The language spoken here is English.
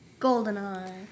GoldenEye